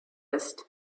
ist